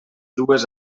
dues